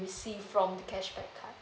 receive from the cashback card